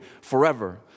forever